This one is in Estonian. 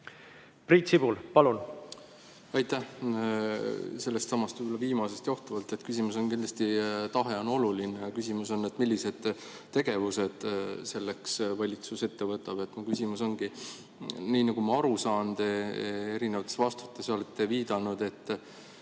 Priit Sibul, palun!